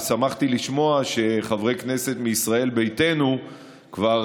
ושמחתי לשמוע שחברי כנסת מישראל ביתנו כבר